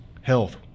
Health